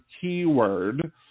keyword